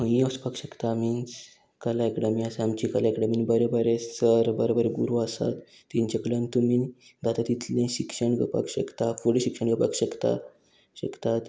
खंयी वचपाक शकता मिन्स कला अकेडमी आसा आमची कला एकडमीन बरें बरें सर बरें बरें गुरू आसात तेंचे कडल्यान तुमी जाता तितलें शिक्षण घेवपाक शकता फुडें शिक्षण घेवपाक शकता शकतात